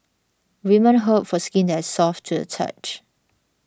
women hope for skin that is soft to the touch